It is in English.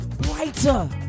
brighter